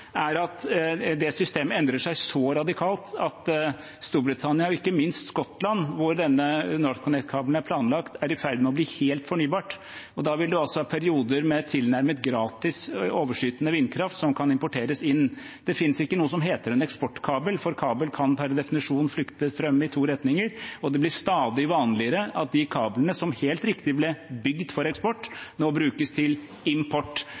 er at det systemet endrer seg så radikalt at Storbritannia, og ikke minst Skottland, hvor denne NorthConnect-kabelen er planlagt, er i ferd med å bli helt fornybart, og da vil man ha perioder med tilnærmet gratis overskytende vindkraft, som kan importeres inn. Det finnes ikke noe som heter en eksportkabel, for en kabel kan per definisjon frakte strøm i to retninger, og det blir stadig vanligere at de kablene som – helt riktig – ble bygd for eksport, nå brukes til import.